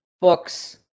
books